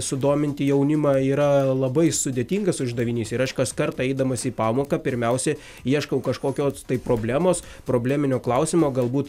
sudominti jaunimą yra labai sudėtingas uždavinys ir aš kas kartą eidamas į pamoką pirmiausia ieškau kažkokios tai problemos probleminio klausimo galbūt